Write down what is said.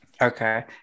Okay